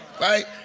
Right